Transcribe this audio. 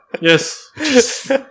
yes